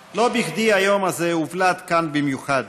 7798, 7818,